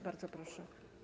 Bardzo proszę.